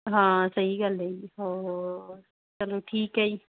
ਹਾਂ ਸਹੀ ਗੱਲ ਹੈ ਜੀ ਹੋਰ ਚਲੋ ਠੀਕ ਹੈ ਜੀ